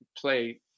Play